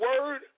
word